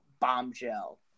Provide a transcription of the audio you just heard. bombshell